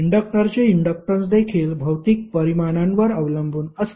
इंडक्टरचे इंडक्टन्स देखील भौतिक परिमाणांवर अवलंबून असते